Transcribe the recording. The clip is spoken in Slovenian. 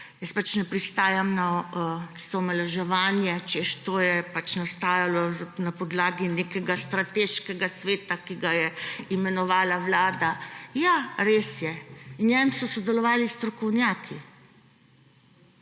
Jaz ne pristajam na tisto omalovaževanje, češ to je nastajalo na podlagi nekega strateškega sveta, ki ga je imenovala Vlada. Ja, res je in v njem so sodelovali strokovnjaki.